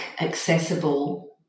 accessible